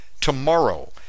tomorrow